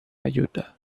ayuda